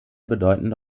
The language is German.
bedeutende